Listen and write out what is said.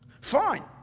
Fine